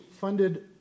funded